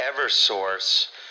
EverSource